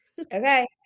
Okay